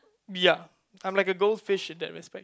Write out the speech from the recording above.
ya I'm like a goldfish in that respect